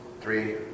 three